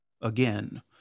again